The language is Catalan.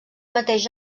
mateix